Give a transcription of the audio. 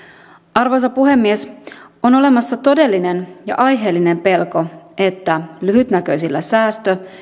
arvoisa puhemies on olemassa todellinen ja aiheellinen pelko että lyhytnäköisillä säästö